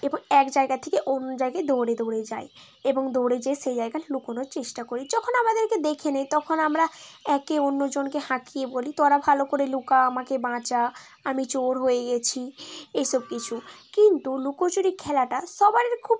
এবং এক জায়গা থেকে অন্য জায়গায় দৌড়ে দৌড়ে যাই এবং দৌড়ে যেয়ে সেই জায়গায় লুকোনোর চেষ্টা করি যখন আমাদেরকে দেখে নেয় তখন আমরা একে অন্যজনকে হাঁকিয়ে বলি তোরা ভালো করে লুকা আমাকে বাঁচা আমি চোর হয়ে গিয়েছি এই সব কিছু কিন্তু লুকোচুরি খেলাটা সবারই খুব